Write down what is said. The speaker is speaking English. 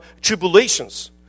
tribulations